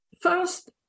First